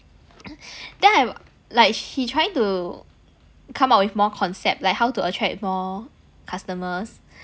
then I like she trying to come up with more concept like how to attract more customers